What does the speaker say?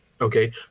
Okay